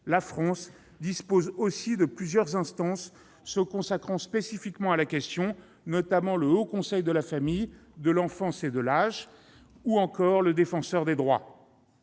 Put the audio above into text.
la France dispose aussi de plusieurs instances se consacrant spécifiquement à la question, notamment le Haut Conseil de la famille, de l'enfance et de l'âge, ou encore le Défenseur des droits.